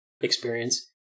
experience